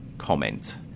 comment